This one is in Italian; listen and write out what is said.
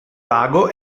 lago